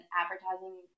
advertising